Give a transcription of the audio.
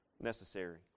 necessary